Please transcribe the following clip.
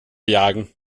jagen